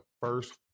first